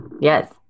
Yes